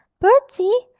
bertie!